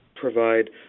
provide